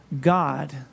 God